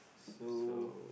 so